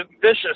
vicious